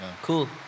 Cool